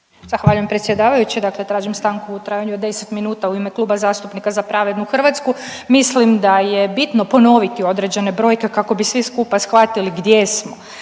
Zahvaljujem predsjedavajući. Dakle, tražim stanku u trajanju od 10 minuta u ime Kluba zastupnika Za pravednu Hrvatsku. Mislim da je bitno ponoviti određene brojke kako bi svi skupa shvatili gdje smo.